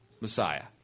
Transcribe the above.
Messiah